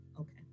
okay